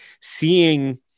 seeing